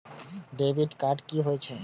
Debit card कि होई छै?